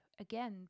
again